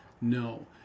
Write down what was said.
no